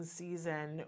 season